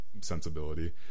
sensibility